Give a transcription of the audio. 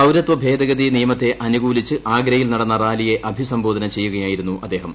പൌരത്വഭേദഗതി നിയമത്തെ അനുകൂലിച്ച് ആഗ്രയിൽ നടന്ന റാലിയെ അഭിസംബോധന ചെയ്യുകയായിരുന്നു അദ്ദേഹം